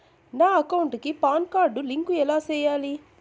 నా అకౌంట్ కి PAN card link ఎలా సేయాలి